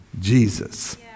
Jesus